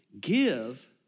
Give